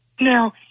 now